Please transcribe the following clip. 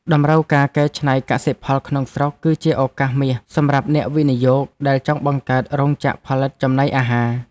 តម្រូវការកែច្នៃកសិផលក្នុងស្រុក គឺជាឱកាសមាសសម្រាប់អ្នកវិនិយោគដែលចង់បង្កើតរោងចក្រផលិតចំណីអាហារ។